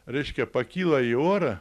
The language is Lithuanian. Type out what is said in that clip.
reiškia pakyla į orą